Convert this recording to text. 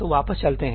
तो वापस चलते हैं